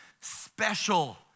special